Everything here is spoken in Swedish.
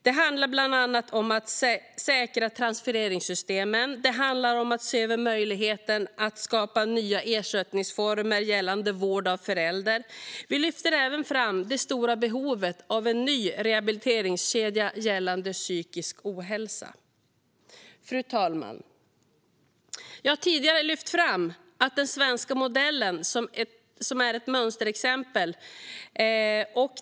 Det handlar bland annat om att säkra transfereringssystemen och se över möjligheten att skapa nya ersättningsformer gällande vård av förälder. Vi lyfter även fram det stora behovet av en ny rehabiliteringskedja gällande psykisk ohälsa. Fru talman! Jag har tidigare lyft fram att den svenska modellen är ett mönsterexempel.